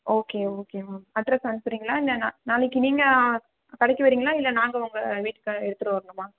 okay okay ma'am address அனுப்புகிறீங்களா இல்லை நான் நாளைக்கு நீங்கள் கடைக்கு வரீங்களா இல்லை நாங்கள் உங்கள் வீட்டுக்கு எடுத்துகிட்டு வரணுமா